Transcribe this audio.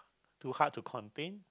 too hard to contain